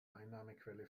einnahmequelle